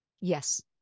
Yes